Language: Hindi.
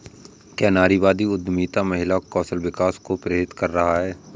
क्या नारीवादी उद्यमिता महिला कौशल विकास को प्रेरित कर रहा है?